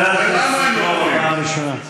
כל כך טוב לנו, חברת הכנסת סבטלובה,